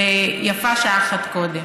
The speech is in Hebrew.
ויפה שעה אחת קודם,